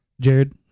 Jared